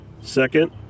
second